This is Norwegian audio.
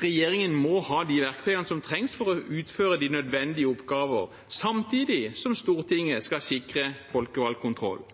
Regjeringen må ha de verktøyene som trengs for å utføre de nødvendige oppgavene, samtidig som Stortinget skal sikre folkevalgt kontroll.